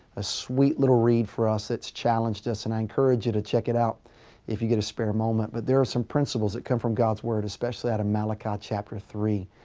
a sweet little read for us that's challenged us. and i encourage you to check it out if you get a spare moment. but there are some principles that come from god's word. especially out of malachi chapter three.